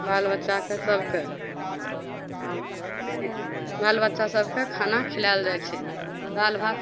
बालबच्चाकेँ सभकेँ हँ ठीक बालबच्चा सभकेँ खाना खिलाएल जाइ छै दालि भात